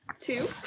two